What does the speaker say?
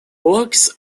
works